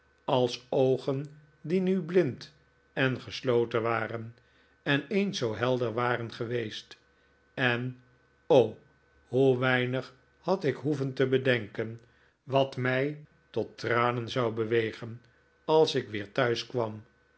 als oogen die nu blind en gesloten waren en eens zoo helder waren geweest en o hoe weinig had ik hoeven te bedenken wat mij tot tranen zou bewegen als ik weer